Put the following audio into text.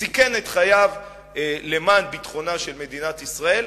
שסיכן את חייו למען ביטחונה של מדינת ישראל,